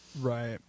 Right